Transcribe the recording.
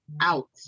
out